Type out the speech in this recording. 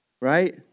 right